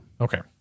Okay